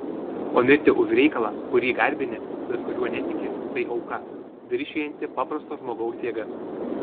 o mirti už reikalą kurį garbini bet kuriuo netiki tai auka viršijanti paprasto žmogaus jėgas